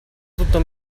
tutto